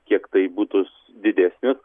kiek tai būtus didesnis